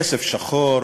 כסף שחור,